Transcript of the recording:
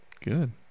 good